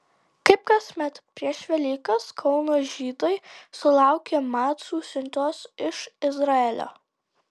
kaip kasmet prieš velykas kauno žydai sulaukė macų siuntos iš izraelio